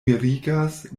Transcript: mirigas